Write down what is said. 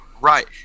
Right